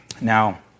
Now